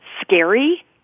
scary